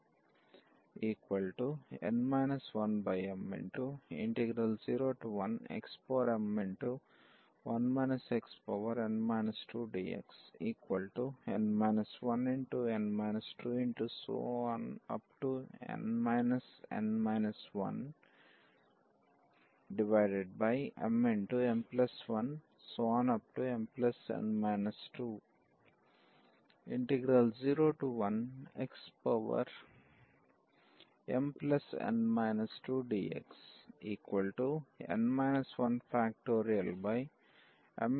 n 1m01xm1 xn 2dx n 1n 2n n 1mm1mn 201xmn 2dx n 1